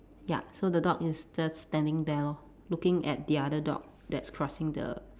ya so the dog is just standing there lor looking at the other dog that's crossing the